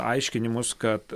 aiškinimus kad